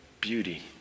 beauty